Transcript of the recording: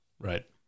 right